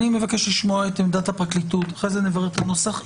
אני מבקש לשמוע את עמדת הפרקליטות ואחר כך נברר את הנוסח,